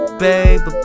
baby